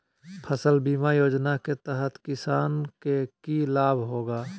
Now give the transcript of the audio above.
फसल बीमा योजना के तहत किसान के की लाभ होगा?